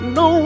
no